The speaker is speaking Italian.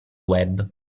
web